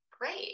great